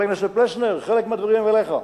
חבר הכנסת פלסנר, חלק מהדברים אליך,